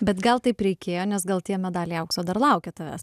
bet gal taip reikėjo nes gal tie medaliai aukso dar laukia tavęs